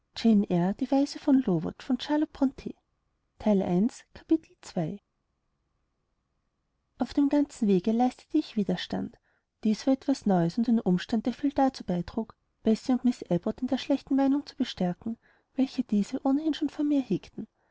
auf dem ganzen wege leistete ich widerstand dies war etwas neues und ein umstand der viel dazu beitrug bessie und miß abbot in der schlechten meinung zu bestärken welche diese ohnehin schon von mir hegten